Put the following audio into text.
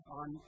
on